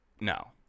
no